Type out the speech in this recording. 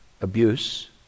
abuse